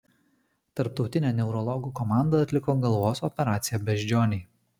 tarptautinė neurologų komanda atliko galvos operaciją beždžionei